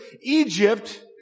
Egypt